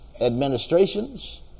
administrations